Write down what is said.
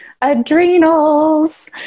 Adrenals